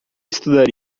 estudar